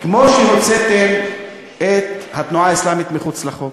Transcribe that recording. כמו שהוצאתם את התנועה האסלאמית מחוץ לחוק,